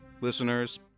listeners